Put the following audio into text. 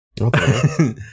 Okay